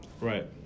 Right